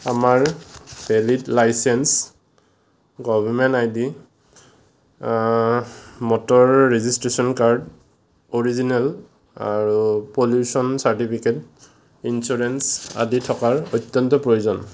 আমাৰ valid licence government I D motor registration card original আৰু pollution certificate insurance আদি থকাৰ অত্যন্ত প্ৰয়োজন